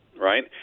Right